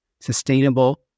sustainable